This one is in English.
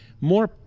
more